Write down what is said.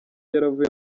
yaravuye